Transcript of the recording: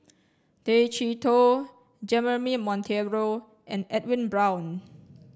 Tay Chee Toh Jeremy Monteiro and Edwin Brown